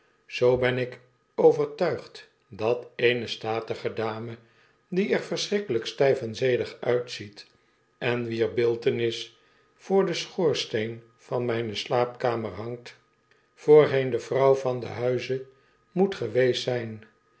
zoo ben ik overtuitf d dat eene statige dame die er verschrikkelyk styf en zedig uitziet en wier beeltenis voor den schoorsteen van mijne slaapkamer hangt voorheen de vrouw van den huize moet geweest zyn